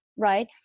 right